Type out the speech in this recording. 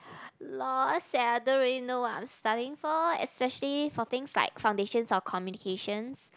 lost and I don't really know what I'm studying for especially for things like foundations of communications